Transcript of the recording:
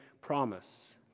promise